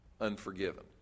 unforgiven